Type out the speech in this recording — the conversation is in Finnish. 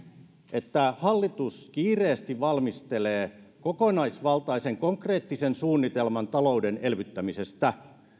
että hallitus kiireesti valmistelee kokonaisvaltaisen konkreettisen suunnitelman talouden elvyttämisestä